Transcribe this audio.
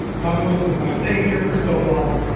my voice was my savior for so long.